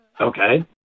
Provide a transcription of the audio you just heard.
Okay